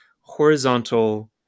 horizontal